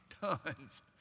tons